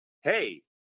hey